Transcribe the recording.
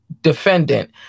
defendant